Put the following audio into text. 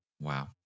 Wow